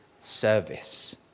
service